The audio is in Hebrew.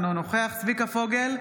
אינו נוכח צביקה פוגל,